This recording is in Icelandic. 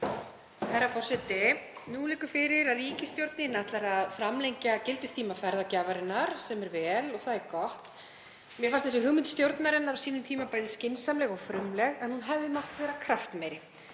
Herra forseti. Nú liggur fyrir að ríkisstjórnin ætlar að framlengja gildistíma ferðagjafarinnar og það er gott. Mér fannst þessi hugmynd stjórnarinnar á sínum tíma bæði skynsamleg og frumleg, en hún hefði mátt vera kraftmeiri.